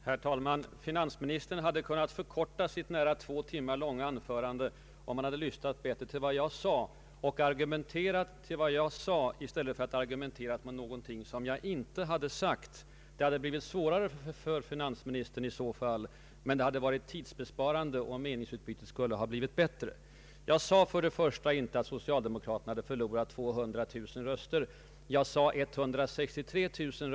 Herr talman! Finansministern hade kunnat förkorta sitt nära två timmar långa anförande, om han lyssnat bättre till vad jag sade och argumenterat mot det, inte mot någonting som jag inte sagt. Det hade självfallet blivit svårare för finansministern i så fall, men det hade varit tidsbesparande, och meningsutbytet skulle ha blivit bättre. Jag sade inte att socialdemokraterna hade förlorat 200 000 röster. Jag sade 163 000.